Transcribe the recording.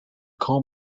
call